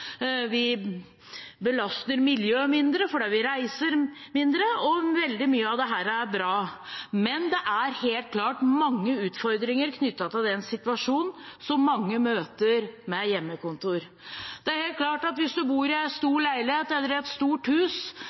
vi belaster miljøet mindre fordi vi reiser mindre. Veldig mye av dette er bra, men det er helt klart mange utfordringer knyttet til den situasjonen mange møter med hjemmekontor. Det er helt klart at hvis en bor i en stor leilighet eller i et stort hus